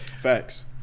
facts